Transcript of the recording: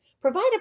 provide